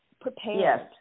prepared